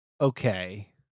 okay